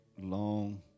long